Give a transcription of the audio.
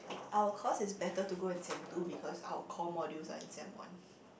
our course is better to go in sem two because our core modules are in sem one